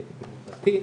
יהיה טיפול מרפאתי,